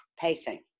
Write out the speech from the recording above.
pacing